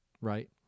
right